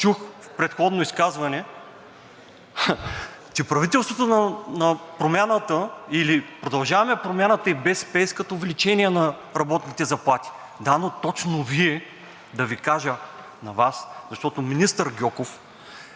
чух в предходно изказване, че правителството на Промяната, или „Продължаваме Промяната“ и БСП искат увеличение на работните заплати. Да, но точно Вие, да Ви кажа на Вас, защото министър Гьоков